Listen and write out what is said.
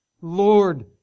Lord